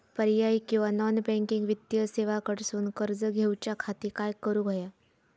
पर्यायी किंवा non banking वित्तीय सेवा कडसून कर्ज घेऊच्या खाती काय करुक होया?